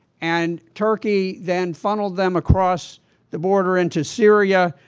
and turkey then funneled them across the border into syria,